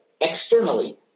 externally